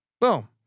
Boom